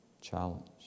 challenge